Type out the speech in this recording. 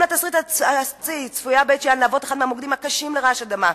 לתסריט צפויה בית-שאן להוות אחד מהמוקדים הקשים לרעש אדמה,